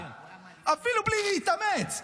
אפילו בלי להתאמץ.